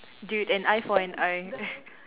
dude an eye for an eye